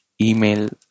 email